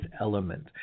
element